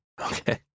Okay